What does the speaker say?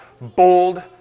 bold